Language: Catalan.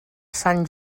sant